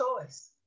choice